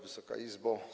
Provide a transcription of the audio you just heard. Wysoka Izbo!